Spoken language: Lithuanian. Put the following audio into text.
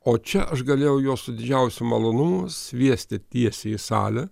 o čia aš galėjau juos su didžiausiu malonumu sviesti tiesiai į salę